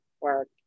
work